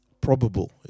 probable